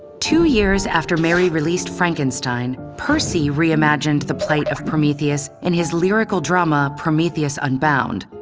two years after mary released frankenstein, percy reimagined the plight of prometheus in his lyrical drama, prometheus unbound.